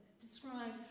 describe